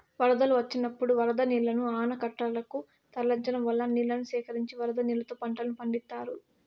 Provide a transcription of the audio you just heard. వరదలు వచ్చినప్పుడు వరద నీళ్ళను ఆనకట్టలనకు తరలించడం వల్ల నీళ్ళను సేకరించి వరద నీళ్ళతో పంటలను పండిత్తారు